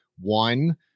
one